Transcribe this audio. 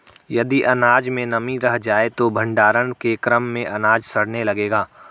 यदि अनाज में नमी रह जाए तो भण्डारण के क्रम में अनाज सड़ने लगेगा